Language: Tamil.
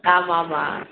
ஆமாம் ஆமாம்